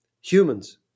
Humans